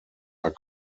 are